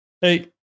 Hey